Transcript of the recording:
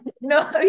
No